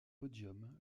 podium